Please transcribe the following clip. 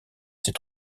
ses